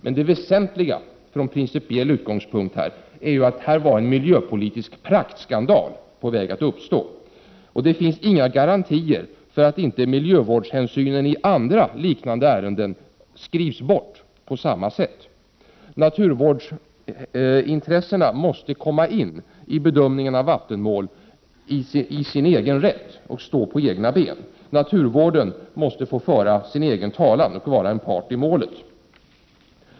Men det väsentliga från principiell utgångspunkt är ju att här var en miljöpolitisk praktskandal på väg att uppstå. Det finns inga garantier för att inte miljövårdshänsynen i andra liknande ärenden skrivs bort på samma sätt. Naturvårdsintressena måste komma in i bedömningen av vattenmål i sin egen rätt och stå på egna ben. Naturvården måste få föra sin egen talan och vara en part i målet.